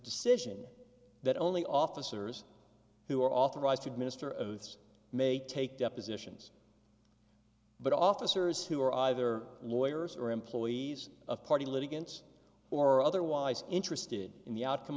decision that only officers who are authorized to administer of its may take depositions but officers who are either lawyers or employees of party litigants or otherwise interested in the outcome